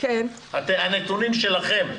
הנתונים שלכם,